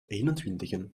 eenentwintigen